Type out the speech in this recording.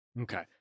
Okay